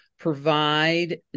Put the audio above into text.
provide